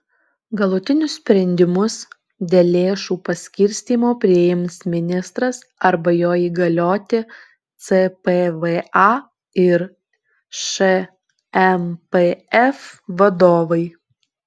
galutinius sprendimus dėl lėšų paskirstymo priims ministras arba jo įgalioti cpva ir šmpf vadovai